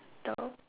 the